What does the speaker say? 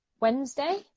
Wednesday